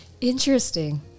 interesting